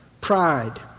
Pride